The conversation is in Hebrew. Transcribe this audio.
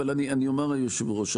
אבל אני אומר ליושב-ראש,